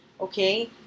okay